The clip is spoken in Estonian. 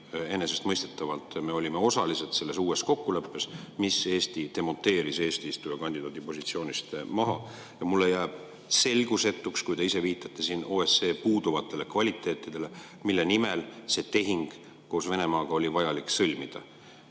Enesestmõistetavalt me olime osalised selles uues kokkuleppes, mis demonteeris Eesti eesistujakandidaadi positsioonilt maha. Mulle jääb selgusetuks – kui te ise viitate siin OSCE puuduvatele kvaliteetidele –, mille nimel see tehing Venemaaga oli vaja sõlmida.